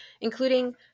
including